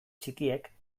txikiek